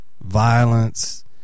violence